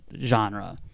genre